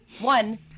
One